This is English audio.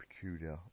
peculiar